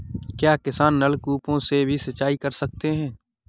क्या किसान नल कूपों से भी सिंचाई कर सकते हैं?